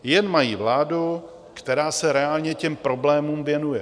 Jen mají vládu, která se reálně těm problémům věnuje.